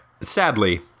Sadly